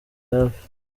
hafi